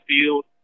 field